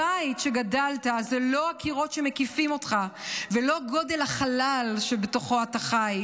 הבית שגדלת זה לא הקירות שמקיפים אותך ולא גודל החלל שבתוכו החלל,